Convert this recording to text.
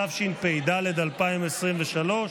התשפ"ד 2023,